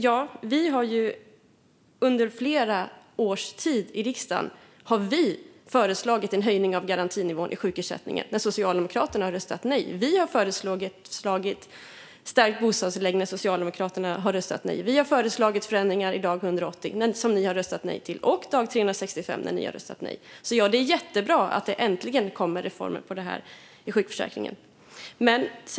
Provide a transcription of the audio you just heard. Ja, vi har ju under flera års tid i riksdagen föreslagit en höjning av garantinivån i sjukersättningen, men Socialdemokraterna har röstat nej. Vi har föreslagit stärkt bostadstillägg, men Socialdemokraterna har röstat nej. Vi har föreslagit förändringar vid dag 180 och dag 365, men Socialdemokraterna har röstat nej. Det är jättebra att det äntligen kommer reformer i sjukförsäkringen.